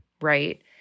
right